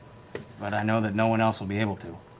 but i know that no one else will be able to.